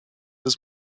des